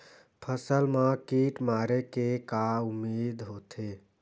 फसल मा कीट मारे के का उदिम होथे?